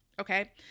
Okay